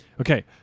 Okay